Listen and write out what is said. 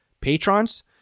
patrons